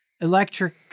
electric